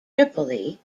tripoli